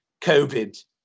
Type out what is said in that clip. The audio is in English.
COVID